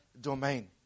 domain